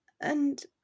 And